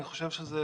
אני חושב שזה